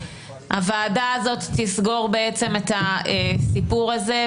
הוועדה הזאת תסגור בעצם את הסיפור הזה,